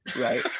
Right